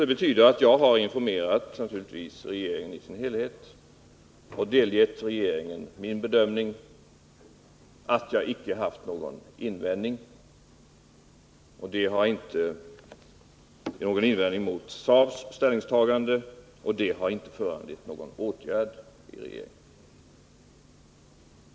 Det betyder att jag naturligtvis har informerat regeringen i dess helhet och delgivit regeringen min bedömning, att jag icke haft någon invändning mot SAV:s ställningstagande, och det har inte föranlett någon åtgärd i regeringen.